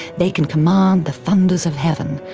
they can command the thunders of heaven,